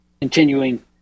continuing